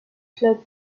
clubs